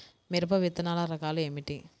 మిరప విత్తనాల రకాలు ఏమిటి?